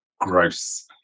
gross